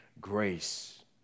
grace